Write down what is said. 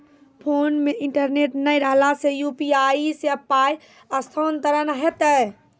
Phone मे internet नै रहला सॅ, यु.पी.आई सॅ पाय स्थानांतरण हेतै?